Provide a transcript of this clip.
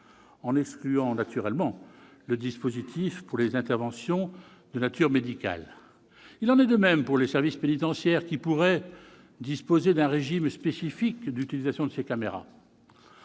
qui exclut naturellement le dispositif pour les interventions de nature médicale. Il en est de même pour les services pénitentiaires, qui pourraient disposer d'un régime spécifique d'utilisation de ces caméras.